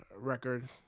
record